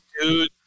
dude